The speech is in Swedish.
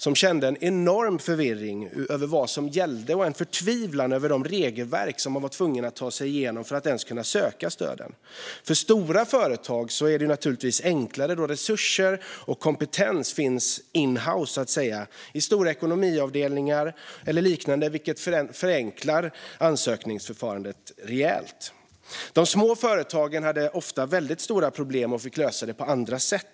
De kände en enorm förvirring över vad som gällde och en förtvivlan över de regelverk som de var tvungna att ta sig igenom för att ens kunna söka stöden. För stora företag är det naturligtvis enklare då resurser och kompetens finns in-house på stora ekonomiavdelningar eller liknande, vilket förenklar ansökningsförfarandet rejält. De små företagen hade ofta väldigt stora problem och fick lösa det på andra sätt.